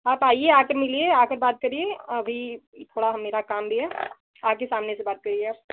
आप आइए आके मिलिए आके बात करिए और अभी थोड़ा मेरा काम भी है आइए सामने से बात करिए आप